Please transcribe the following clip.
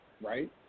right